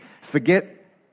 Forget